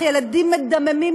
ילדים מדממים,